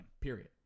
period